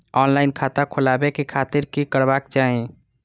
Online खाता खोलाबे के खातिर कि करबाक चाही?